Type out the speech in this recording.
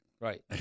Right